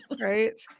Right